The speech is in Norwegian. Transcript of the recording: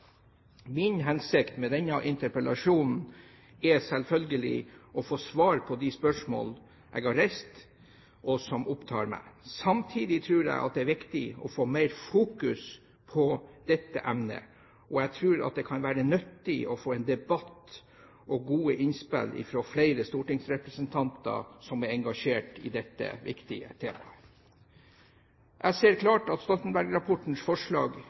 Min hensikt med denne interpellasjonen er selvfølgelig å få svar på de spørsmål jeg har reist, og som opptar meg. Samtidig tror jeg det er viktig å fokusere mer på dette emnet, og jeg tror det kan være nyttig å få en debatt og gode innspill fra flere stortingsrepresentanter som er engasjert i dette viktige temaet. Jeg ser klart at Stoltenberg-rapportens forslag